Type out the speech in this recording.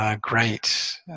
great